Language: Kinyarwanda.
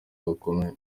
gakomeye